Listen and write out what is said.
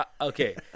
Okay